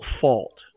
fault